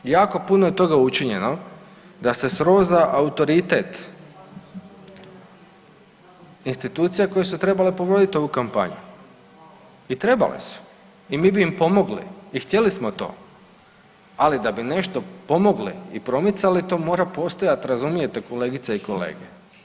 Jako puno je toga učinjeno da se sroza autoritet institucija koje su trebale pogodit ovu kampanju i trebale su i mi bi im pomogli i htjeli smo to, ali da bi nešto pomogli i promicali to mora postojati razumijete kolegice i kolege.